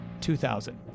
2000